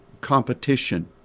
competition